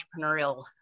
entrepreneurial